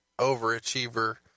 overachiever